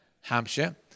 Hampshire